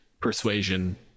persuasion